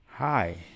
Hi